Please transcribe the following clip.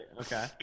Okay